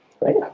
right